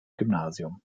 gymnasium